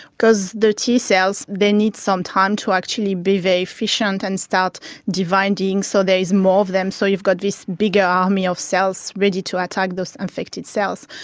because the t-cells, they need some time to actually be very efficient and start dividing so there is more of them, so you've got this bigger army of cells ready to attack those infected cells.